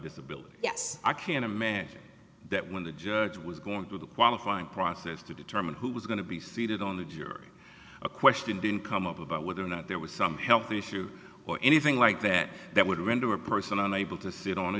disability yes i can imagine that when the judge was going through the qualifying process to determine who was going to be seated on the jury a question didn't come up about whether or not there was some health issue or anything like that that would render a person on able to sit on a